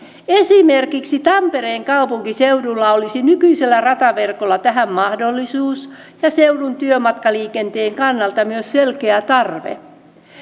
esimerkiksi tampereen kaupunkiseudulla olisi nykyisellä rataverkolla tähän mahdollisuus ja seudun työmatkaliikenteen kannalta myös selkeä tarve